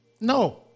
No